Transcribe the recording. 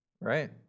Right